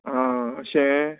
आं शें